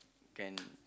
can